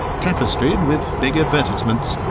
tapestried with big advertisements.